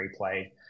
replay